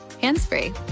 hands-free